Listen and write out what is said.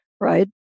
right